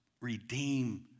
redeem